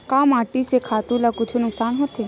का माटी से खातु ला कुछु नुकसान होथे?